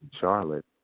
Charlotte